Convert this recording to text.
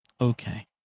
Okay